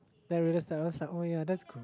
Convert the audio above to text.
then I realise that I was like oh ya that's